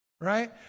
right